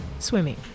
Swimming